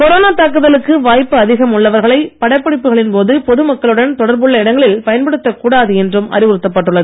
corona தாக்குதலுக்கு வாய்ப்பு அதிகம் உள்ளவர்களை படப்பிடிப்புகளின் போது பொதுமக்களுடன் தொடர்புள்ள இடங்களில் பயன்படுத்தக் கூடாது என்றும் அறிவுறுத்தப் பட்டுள்ளது